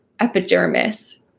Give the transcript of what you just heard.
epidermis